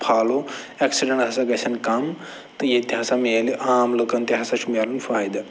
follow accident ہسا گژھن کَم تہٕ ییٚتہِ ہسا مِلہِ عام لُکَن تہِ ہسا چھِ مِلَن فٲیِدٕ